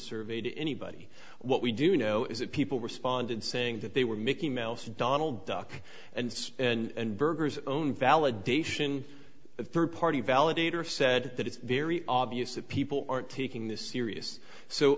survey to anybody what we do know is that people responded saying that they were mickey mouse donald duck and and burgers own validation a third party validator said that it's very obvious that people aren't taking this serious so